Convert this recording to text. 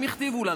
הם הכתיבו לנו.